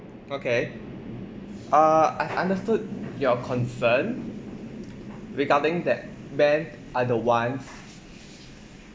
okay err I understood your concern regarding that men are the ones